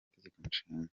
itegekonshinga